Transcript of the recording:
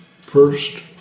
First